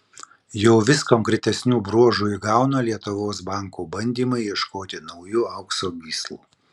jau vis konkretesnių bruožų įgauna lietuvos bankų bandymai ieškoti naujų aukso gyslų